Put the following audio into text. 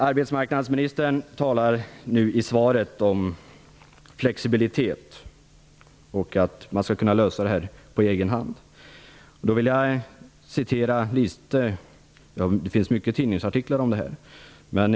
Arbetsmarknadsministern talar i svaret om flexibilitet och om att man skall kunna lösa problemen på egen hand. Det finns många tidningsartiklar som handlar om detta.